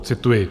Cituji: